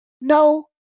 No